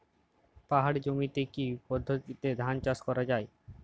পাহাড়ী জমিতে কি পদ্ধতিতে ধান চাষ করা যায়?